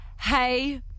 hey